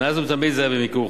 מאז ומתמיד זה היה במיקור-חוץ.